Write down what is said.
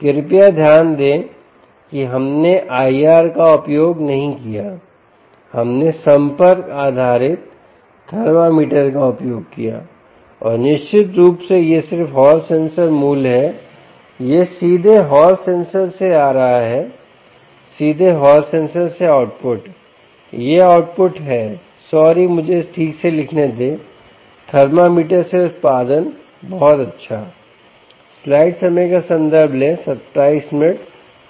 कृपया ध्यान दें कि हमने IR का उपयोग नहीं किया हमने संपर्क आधारित थर्मामीटर का उपयोग किया और निश्चित रूप से यह सिर्फ हॉल सेंसर मूल्य है यह सीधे हॉल सेंसर से आ रहा है सीधे हॉल सेंसर से आउटपुट यह आउटपुट है सॉरी मुझे इसे ठीक से लिखने दें थर्मामीटर से उत्पादन बहुत अच्छा